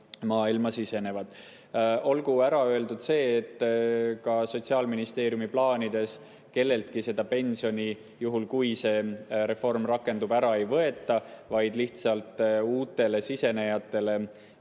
maailma sisenevad. Olgu ära öeldud, et Sotsiaalministeeriumi plaanide järgi kelleltki seda pensioni, juhul kui see reform rakendub, ära ei võeta, vaid lihtsalt uutele sisenejatele